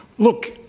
look,